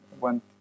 went